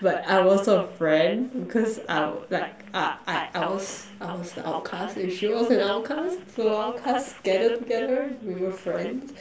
but I was her friend because I will like I I I was I was the outcast and she was an outcast so outcasts gather together and we were friends